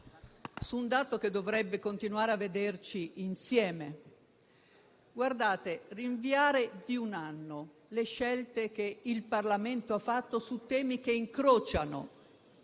su un dato che dovrebbe continuare a vederci insieme. Rinviare di un anno le scelte che il Parlamento ha fatto su temi che incrociano